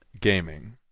gaming